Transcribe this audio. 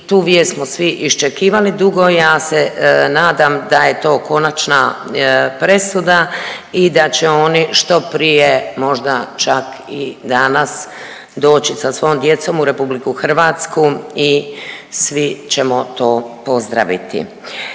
tu vijest smo svi iščekivali dugo. Ja se nadam da je to konačna presuda i da će oni što prije možda čak i danas doći sa svojom djecom u RH i svi ćemo to pozdraviti.